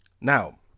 Now